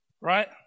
right